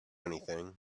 anything